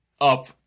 up